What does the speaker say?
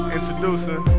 Introducer